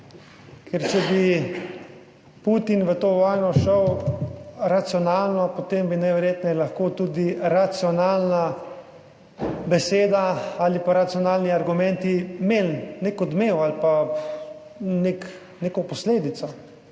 Ker, če bi Putin v to vojno šel racionalno, potem bi najverjetneje lahko tudi racionalna beseda ali pa racionalni argumenti imeli nek odmev ali pa nek, neko posledico,